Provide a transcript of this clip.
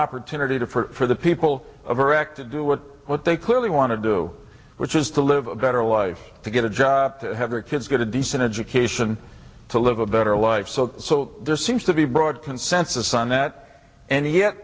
opportunity to for the people of iraq to do what what they clearly want to do which is to live a better life to get a job to have their kids get a decent education to live a better life so so there seems to be broad consensus on that and yet